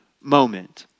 moment